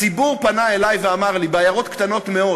הציבור פנה אלי ואמר לי, בעיירות קטנות מאוד: